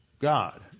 God